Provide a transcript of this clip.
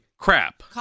Crap